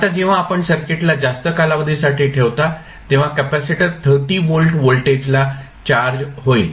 आता जेव्हा आपण सर्किटला जास्त कालावधीसाठी ठेवता तेव्हा कॅपेसिटर 30 व्होल्ट व्होल्टेजला चार्ज होईल